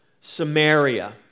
Samaria